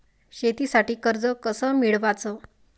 शेतीसाठी कर्ज कस मिळवाच?